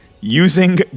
Using